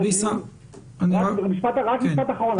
רק משפט אחרון.